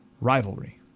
rivalry